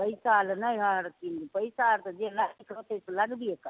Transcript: पैसा लए नहि हहरथिन पैसा तऽ जे लागऽ के रहतै से लगबे करतै